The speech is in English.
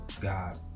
God